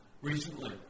recently